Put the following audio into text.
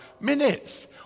minutes